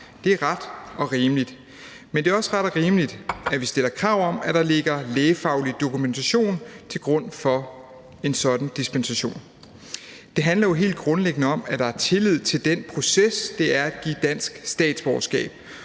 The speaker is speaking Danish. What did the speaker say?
Det er ret og rimeligt, men det er også ret og rimeligt, at vi stiller krav om, at der ligger en lægefaglig dokumentation til grund for en sådan dispensation. Det handler jo helt grundlæggende om, at der er tillid til den proces, det er at give dansk statsborgerskab,